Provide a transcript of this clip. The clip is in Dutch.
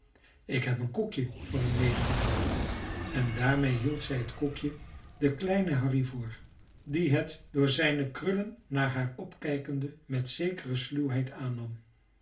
ik heb een koekje voor hem medegebracht en daarmede hield zij het koekje den kleinen harry voor die het door zijne krullen naar haar opkijkende met zekere sluwheid aannam